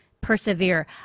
persevere